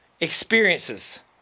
Experiences